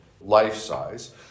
life-size